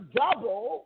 double